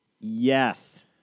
Yes